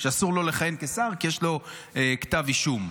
אסור לו לכהן כשר, כי יש לו כתב אישום.